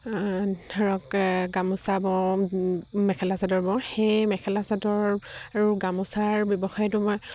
ধৰক গামোচা বওঁ মেখেলা চাদৰ বওঁ সেই মেখেলা চাদৰ আৰু গামোচাৰ ব্যৱসায়টো মই